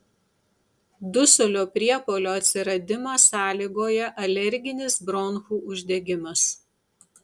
dusulio priepuolio atsiradimą sąlygoja alerginis bronchų uždegimas